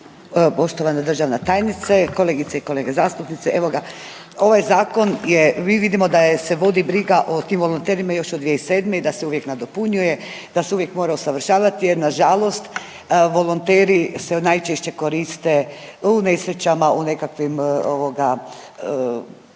poštovana državna tajnice, kolegice i kolege zastupnici. Evo ga, ovaj Zakon je, vidimo da se vodi briga o tim volonterima još od 2007. i da se uvijek nadopunjuje, da se uvijek mora usavršavati jer nažalost, volonteri se najčešće koriste u nesrećama, u nekakvim ovoga,